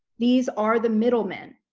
these are the middlemen.